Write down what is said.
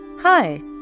Hi